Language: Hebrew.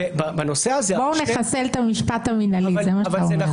בואו נחסל את המשפט המינהלי, זה מה שאתה אומר.